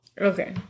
Okay